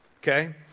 okay